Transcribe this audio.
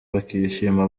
bakishima